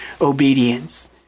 obedience